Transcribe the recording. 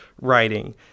writing